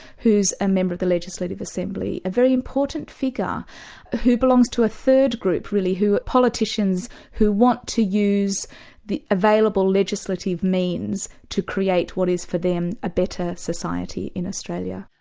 who's a member of the legislative assembly, a very important figure who belongs to a third group really, politicians who want to use the available legislative means to create what is for them a better society in australia.